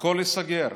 הכול ייסגר.